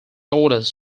orders